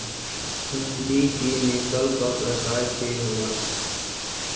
हिंदी की नस्ल का प्रकार के होखे ला?